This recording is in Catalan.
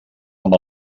amb